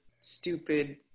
stupid